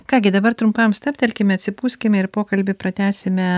ką gi dabar trumpam stabtelkime atsipūskime ir pokalbį pratęsime